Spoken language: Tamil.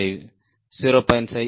5 0